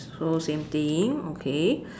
so same thing okay